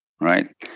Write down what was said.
Right